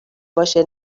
باشه